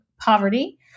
poverty